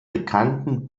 bekannten